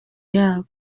yabo